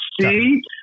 see